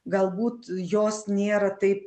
galbūt jos nėra taip